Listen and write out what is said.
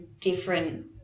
different